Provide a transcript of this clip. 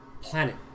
planet